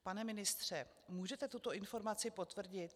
Pane ministře, můžete tuto informaci potvrdit?